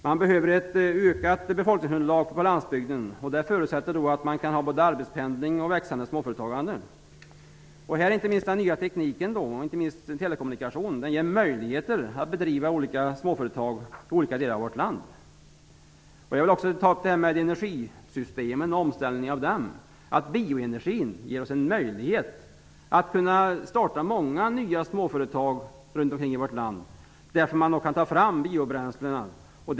Det behövs ett ökat befolkningsunderlag för landsbygden. Det förutsätter både arbetspendling och växande småföretag. Här ger den nya tekniken, inte minst telekommunikation, möjligheter att bedriva olika småföretag i olika delar av vårt land. Jag vill också ta upp frågan om omställning av energisystemen. Bioenergin ger oss en möjlighet att starta många nya småföretag i vårt land. Därför bör olika biobränslen tas fram.